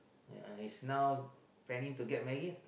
ya his now planning to get married